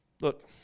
Look